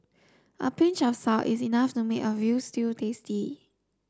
a pinch of salt is enough to make a veal stew tasty